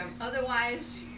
otherwise